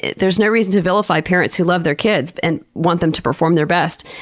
there's no reason to vilify parents who love their kids and want them to perform their best,